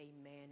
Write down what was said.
amen